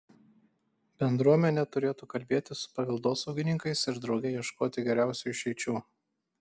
bendruomenė turėtų kalbėtis su paveldosaugininkais ir drauge ieškoti geriausių išeičių